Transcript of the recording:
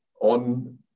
on